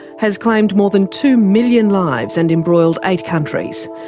has claimed more than two million lives and embroiled eight countries,